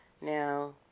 Now